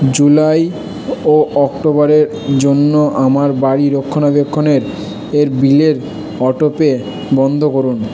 July ও অক্টোবরের জন্য আমার বাড়ি রক্ষণাবেক্ষণের এর বিলের অটোপে বন্ধ করুন